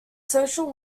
social